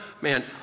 man